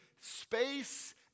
space